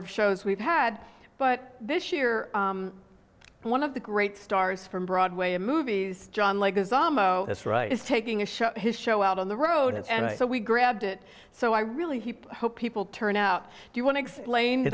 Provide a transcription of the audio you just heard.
of shows we've had but this year one of the great stars from broadway and movies john leguizamo this right is taking a show his show out on the road and so we grabbed it so i really hope people turn out do you want to explain to